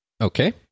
Okay